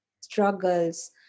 struggles